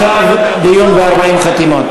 עכשיו דיון ב-40 חתימות.